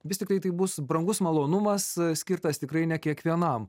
vis tiktai tai bus brangus malonumas skirtas tikrai ne kiekvienam